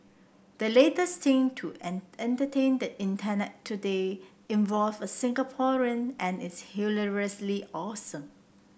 the latest thing to entertain the Internet today involves a Singaporean and it's hilariously awesome